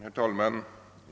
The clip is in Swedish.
Herr talman!